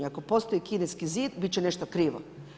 Ako postoji Kineski zid bit će nešto krivo.